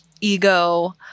ego